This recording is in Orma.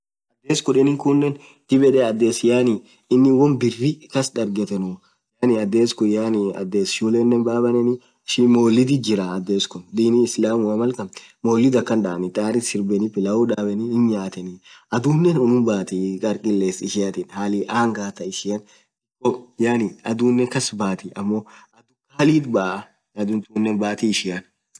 adhes khudeni khunen dhib yed adhes yaani inin won birr kas dhargethenu adhes khun yaani adhes shulenen bayaa benneni ishii moulidhithi jiraa adhes khun Dini islamua malkan Moulid akhan dhanii tarii sirbeni pilau dhabeni hii nyatheni adhunen unum bathi gar qiles ishaathin hali angaaa thaaa ishia wo yaani adhunen kas bathii ammo adhuu khalii baaaa adhuu thunen baathi ishia